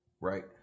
right